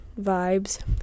vibes